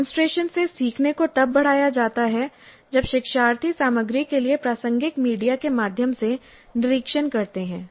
demonstration से सीखने को तब बढ़ाया जाता है जब शिक्षार्थी सामग्री के लिए प्रासंगिक मीडिया के माध्यम से निरीक्षण करते हैं